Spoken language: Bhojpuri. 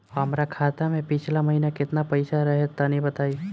हमरा खाता मे पिछला महीना केतना पईसा रहे तनि बताई?